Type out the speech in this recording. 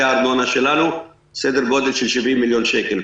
הארנונה שלנו זה סדר גודל של 70 מיליון שקל.